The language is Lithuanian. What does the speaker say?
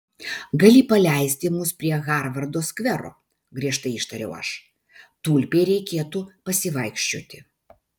gali paleisti mus prie harvardo skvero griežtai ištariau aš tulpei reikėtų pasivaikščioti